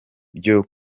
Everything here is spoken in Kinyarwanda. byo